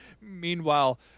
Meanwhile